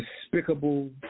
despicable